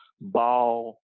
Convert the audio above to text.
ball